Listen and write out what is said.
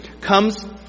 comes